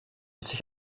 sich